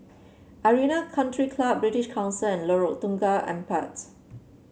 Arena Country Club British Council and Lorong Tukang Empat